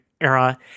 era